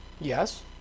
Yes